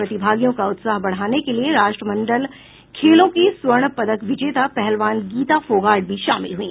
प्रतिभागियों का उत्साह बढ़ाने के लिए राष्ट्रमंडल खेलों की स्वर्ण पदक विजेता पहलवान गीता फोगाट भी शामिल हुई